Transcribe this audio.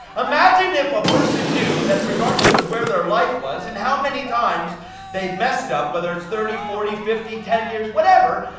imagine if a person knew that regardless of where their life was, and how many times they'd messed up, whether it's thirty, forty, fifty, ten years, whatever.